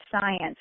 science